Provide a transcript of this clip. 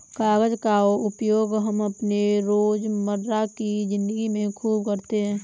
कागज का उपयोग हम अपने रोजमर्रा की जिंदगी में खूब करते हैं